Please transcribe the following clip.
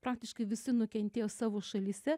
praktiškai visi nukentėjo savo šalyse